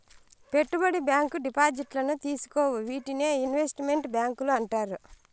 పెట్టుబడి బ్యాంకు డిపాజిట్లను తీసుకోవు వీటినే ఇన్వెస్ట్ మెంట్ బ్యాంకులు అంటారు